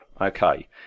okay